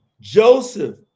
Joseph